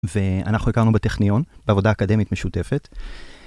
ואנחנו הכרנו בטכניון בעבודה אקדמית משותפת.